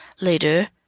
later